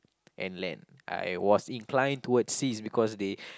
and land I was inclined towards seas because they